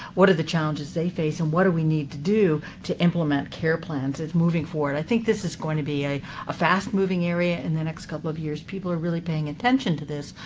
what are the challenges they face, and what do we need to do to implement care plans moving forward? i think this is going to be a ah fast-moving area in the next couple of years. people are really paying attention to this,